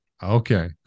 Okay